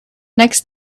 next